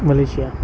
Malaysia